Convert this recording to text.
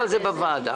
בוועדה.